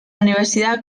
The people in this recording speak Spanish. universidad